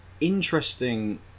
interesting